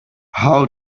how